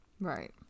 right